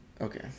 Okay